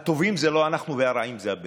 הטובים זה לא אנחנו והרעים זה לא